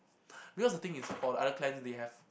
because the thing is for the other clans we have